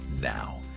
now